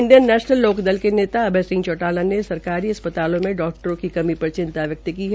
Indian national Lokdal के नेता अभय सिंह चौटाला ने सरकारी अस्पतालों में डाक्टरों की कमी चिंता व्यक्त की है